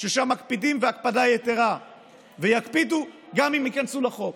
ששם מקפידים הקפדה יתרה ויקפידו גם אם ייכנסו לחוק.